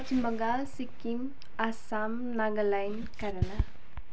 Paschim Bangal Sikkim Assam Nagaland Kerala